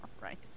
Right